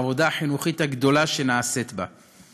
העבודה החינוכית הגדולה שנעשית בה.